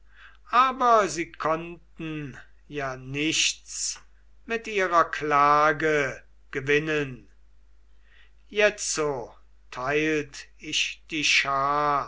aber sie konnten ja nichts mit ihrer klage gewinnen jetzo teilt ich die schar